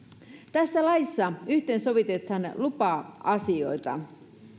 tässä laissa yhteensovitetaan lupa asioita